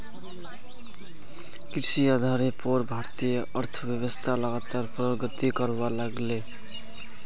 कृषि आधारेर पोर भारतीय अर्थ्वैव्स्था लगातार प्रगति करवा लागले